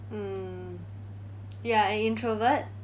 mm ya an introvert